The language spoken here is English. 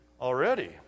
Already